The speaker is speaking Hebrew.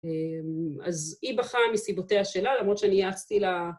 ‫אז היא בחרה מסיבותיה שלה, ‫למרות שאני יעצתי לה...